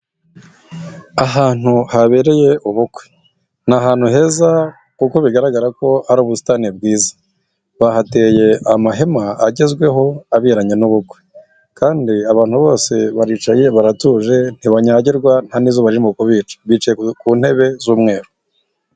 Ahantu habereye ubukwe, ni ahantu heza kuko bigaragara ko ari ubusitani bwiza, bahateye amahema agezweho abiranye n'ubukwe, kandi abantu bose baricaye baratuje ntibanyagirwa nta n'izuba ririmo kubica, bicaye ku ntebe z'umweru.